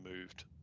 moved